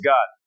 God